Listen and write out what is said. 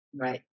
right